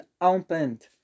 opened